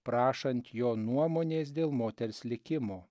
prašant jo nuomonės dėl moters likimo